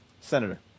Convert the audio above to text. senator